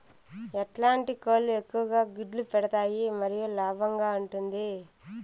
ఎట్లాంటి కోళ్ళు ఎక్కువగా గుడ్లు పెడతాయి మరియు లాభంగా ఉంటుంది?